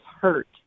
hurt